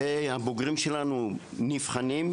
הבוגרים שלנו נבחנים,